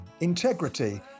Integrity